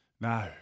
No